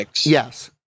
Yes